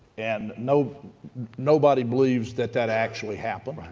and you know nobody believes that that actually happened.